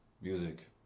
music